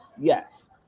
Yes